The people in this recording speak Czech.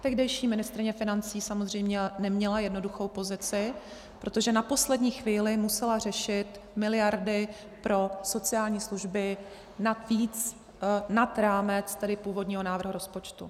Tehdejší ministryně financí samozřejmě neměla jednoduchou pozici, protože na poslední chvíli musela řešit miliardy pro sociální služby navíc, nad rámec tedy původního návrhu rozpočtu.